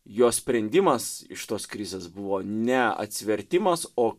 jo sprendimas iš tos krizės buvo ne atsivertimas o